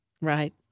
Right